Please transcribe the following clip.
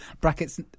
Brackets